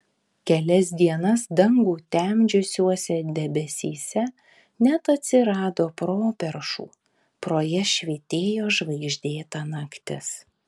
kelias dienas dangų temdžiusiuose debesyse net atsirado properšų pro jas švytėjo žvaigždėta naktis